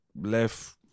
left